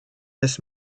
des